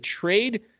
trade